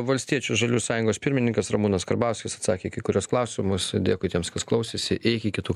valstiečių žaliųjų sąjungos pirmininkas ramūnas karbauskis atsakė į kai kuriuos klausimus dėkui tiems kas klausėsi iki kitų